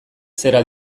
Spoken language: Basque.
zera